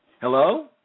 Hello